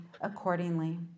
accordingly